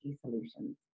solutions